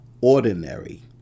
ordinary